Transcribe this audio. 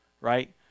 Right